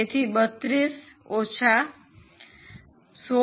તેથી 32 ઓછા 16